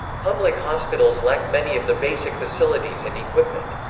public hospitals lack many of the basic facilities and equipment.